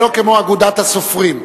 זה לא כמו אגודת הסופרים,